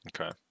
Okay